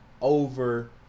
over